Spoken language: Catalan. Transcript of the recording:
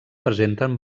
presenten